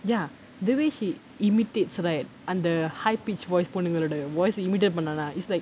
ya the way he imitates right அந்த:antha high-pitched voice பொண்ணுங்களோட:ponnungaloda voice ah imitate பண்ணாலா:pannalaa is like